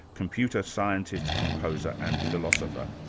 computer scientist, composer, and philosopher.